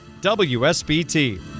WSBT